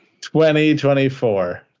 2024